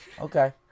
okay